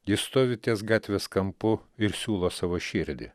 jis stovi ties gatvės kampu ir siūlo savo širdį